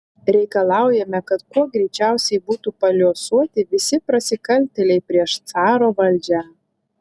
reikalaujame kad kuo greičiausiai būtų paliuosuoti visi prasikaltėliai prieš caro valdžią